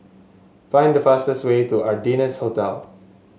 find the fastest way to The Ardennes Hotel